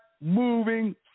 moving